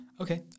Okay